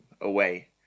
away